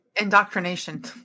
indoctrination